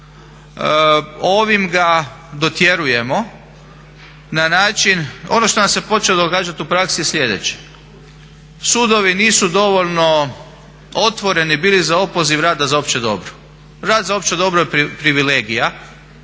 Ovim ga dotjerujemo na način, ono što nam se počelo događati u praksi je sljedeće. Sudovi nisu dovoljno otvoreni bili za opoziv rada za opće dobro. Rad za opće dobro je privilegija,